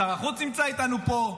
שר החוץ נמצא איתנו פה.